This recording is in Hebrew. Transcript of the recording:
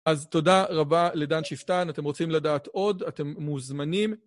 אז תודה רבה לדן שפטן, אתם רוצים לדעת עוד, אתם מוזמנים.